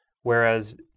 Whereas